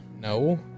No